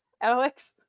Alex